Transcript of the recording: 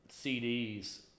CDs